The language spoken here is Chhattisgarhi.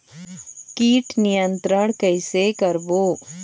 कीट नियंत्रण कइसे करबो?